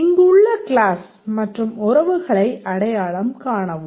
இங்குள்ள கிளாஸ் மற்றும் உறவுகளை அடையாளம் காணவும்